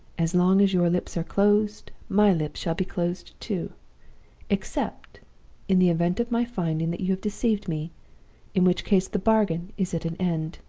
as long as your lips are closed, my lips shall be closed too except in the event of my finding that you have deceived me in which case the bargain is at an end,